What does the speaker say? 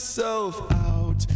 Out